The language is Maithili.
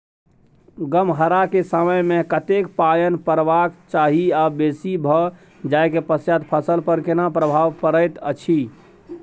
गम्हरा के समय मे कतेक पायन परबाक चाही आ बेसी भ जाय के पश्चात फसल पर केना प्रभाव परैत अछि?